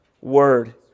word